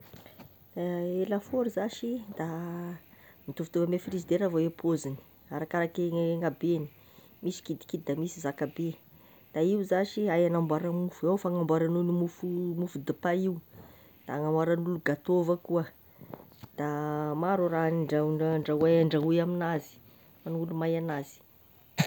E lafaoro zashy da mitovitovy ame frizidera avao e paoziny, arakaraky ny gn'habeany, misy kidikidy, da misy zakabe, de io zashy hay agnambora mofo, io fagnamboaragn'olo mofo, ny mofo dipay io da agnamboaragn'olo gâteau avao koa da maro raha andraoy- andrahoy hay andrahoy aminazy ho an'olo mahay anazy.